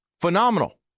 Phenomenal